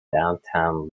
downtown